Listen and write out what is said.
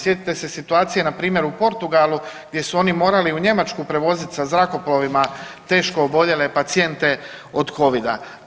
Sjetite se situacije na primjer u Portugalu gdje su oni morali u Njemačku prevoziti sa zrakoplovima teško oboljele pacijente od covida.